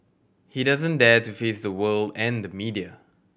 he doesn't dare to face the world and the media